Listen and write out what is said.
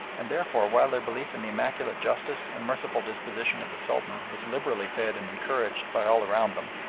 and therefore while their belief in the immaculate justice and merciful disposition of the sultan was liberally fed and encouraged by all around them,